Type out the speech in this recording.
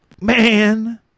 man